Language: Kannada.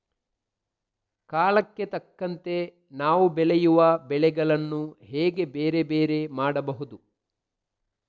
ಕಾಲಕ್ಕೆ ತಕ್ಕಂತೆ ನಾವು ಬೆಳೆಯುವ ಬೆಳೆಗಳನ್ನು ಹೇಗೆ ಬೇರೆ ಬೇರೆ ಮಾಡಬಹುದು?